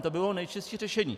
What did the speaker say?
To by bylo nejčistší řešení.